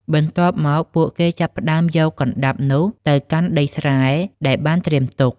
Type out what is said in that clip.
បន្ទាប់មក ពួកគេនឹងចាប់ផ្តើមយកកណ្តាប់នោះទៅកាន់ដីស្រែដែលបានត្រៀមទុក។